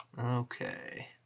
Okay